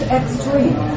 extreme